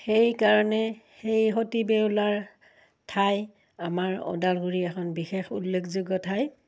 সেইকাৰণে সেই সতি বেউলাৰ ঠাই আমাৰ ওদালগুৰিৰ এখন বিশেষ উল্লেখযোগ্য ঠাই